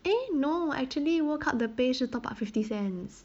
eh no actually world cup 的杯是 top up fifty cents